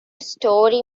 story